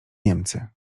niemcy